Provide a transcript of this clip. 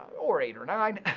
or eight, or nine.